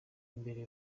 imbere